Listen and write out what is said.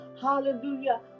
hallelujah